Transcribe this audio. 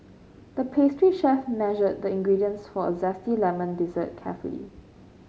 the pastry chef measured the ingredients for a zesty lemon dessert carefully